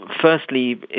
firstly